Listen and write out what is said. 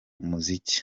muziki